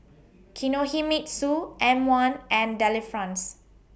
Kinohimitsu M one and Delifrance